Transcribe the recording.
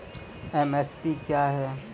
MSP क्या है?